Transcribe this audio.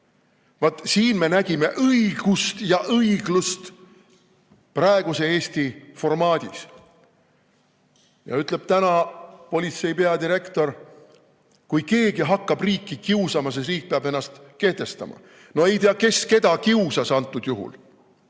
Vaat siin me nägime õigust ja õiglust praeguse Eesti formaadis. Ja ütleb täna politsei peadirektor: kui keegi hakkab riiki kiusama, siis riik peab ennast kehtestama. Ei tea, kes keda kiusas antud juhul.